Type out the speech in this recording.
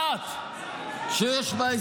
יכולים לגבור על האולם הזה כולו?